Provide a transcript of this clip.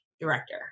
director